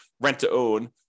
rent-to-own